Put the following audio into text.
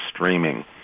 streaming